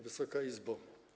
Wysoka Izbo!